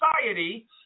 society